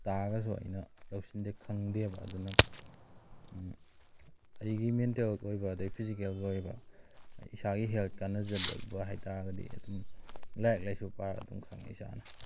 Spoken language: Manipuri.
ꯇꯥꯛꯑꯒꯁꯨ ꯑꯩꯅ ꯂꯧꯁꯤꯟꯗꯦ ꯈꯪꯗꯦꯕ ꯑꯗꯨꯅ ꯑꯩꯒꯤ ꯃꯦꯟꯇꯦꯜ ꯑꯣꯏꯕ ꯑꯗꯒꯤ ꯐꯤꯖꯤꯀꯦꯜꯒꯤ ꯑꯣꯏꯕ ꯑꯩ ꯏꯁꯥꯒꯤ ꯍꯦꯜꯊꯇ ꯀꯥꯅꯖꯗꯧꯕ ꯍꯥꯏꯇꯥꯔꯒꯗꯤ ꯑꯗꯨꯝ ꯂꯥꯏꯔꯤꯛ ꯂꯥꯏꯁꯨ ꯄꯥꯔꯒ ꯑꯗꯨꯝ ꯈꯪꯂꯛꯏꯁꯦ ꯏꯁꯥꯅ